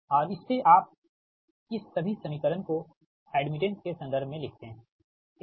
और इससे आप इस सभी समीकरण को एड्मिटेंस के संदर्भ में लिखते हैं ठीक